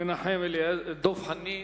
דב חנין,